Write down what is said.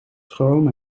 chrome